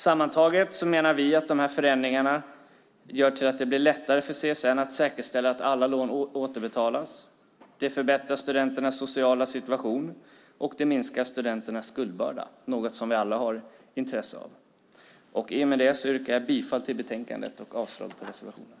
Sammantaget menar vi att dessa förändringar gör det lättare för CSN att säkerställa att alla lån återbetalas. Det förbättrar studenternas sociala situation, och det minskar studenternas skuldbörda. Det är något vi alla har intresse av. I och med detta yrkar jag bifall till förslaget i betänkandet och avslag på reservationerna.